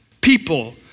people